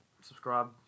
subscribe